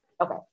Okay